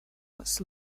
was